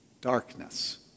darkness